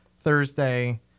Thursday